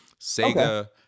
Sega